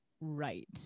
right